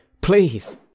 Please